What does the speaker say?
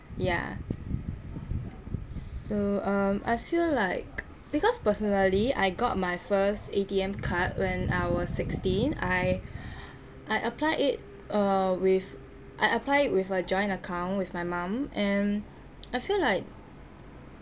ya so um I feel like because personally I got my first A_T_M card when I was sixteen I I applied it uh with I applied with a joint account with my mom and I feel like